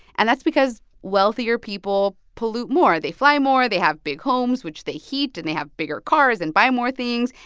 and that's because wealthier people pollute more. they fly more. they have big homes, which they heat. and they have bigger cars and buy more things.